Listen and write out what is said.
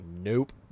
nope